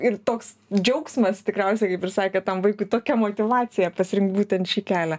ir toks džiaugsmas tikriausiai kaip ir sakėt tam vaikui tokia motyvacija pasirinkt būtent šį kelią